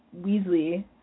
Weasley